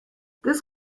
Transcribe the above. this